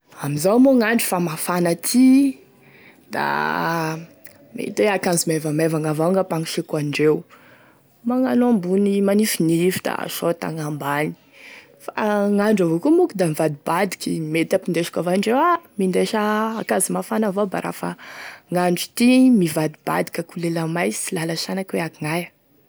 Amin'izao moa gn'andro fa mafana ty da, mety hoe ankazo maivamaivagna avao gn'ampanisiako andreo, magnano ambony manifinify da sôrta gn'amabny, fa gn'andro avao koa moa ka da mivadibadiky, mety hampindesiko avao indreo e aha mindesa ankazo mafana avao a bara fa andro ty mivadibadiky ako lela may tsy lala sanaky hoe ankognaia.